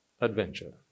adventure